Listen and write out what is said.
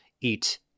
eat